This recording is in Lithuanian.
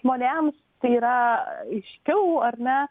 žmonėms tai yra aiškiau ar ne